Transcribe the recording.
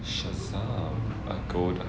shazam